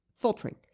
filtering